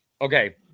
Okay